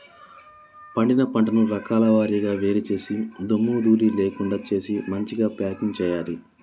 పండిన పంటను రకాల వారీగా వేరు చేసి దుమ్ము ధూళి లేకుండా చేసి మంచిగ ప్యాకింగ్ చేయాలి